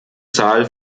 zahl